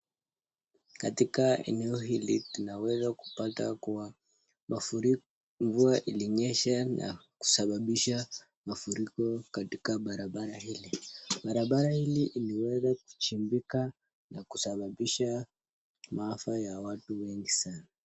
Katika eneo hili tunaweza kupata kuwa mvua ilinyesha na kusababisha mafuriko katika barabara hii. Barabara hii imeweza kuchimbika na kusababisha maafa ya watu wengi sana.